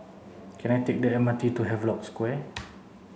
can I take the M R T to Havelock Square